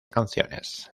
canciones